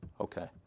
Okay